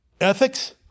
Ethics